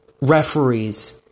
referees